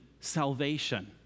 salvation